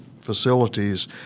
facilities